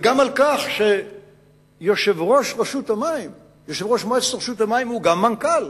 וגם על כך שיושב-ראש מועצת רשות המים הוא גם מנכ"ל